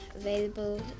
available